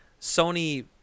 sony